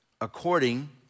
According